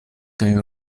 kaj